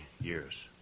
years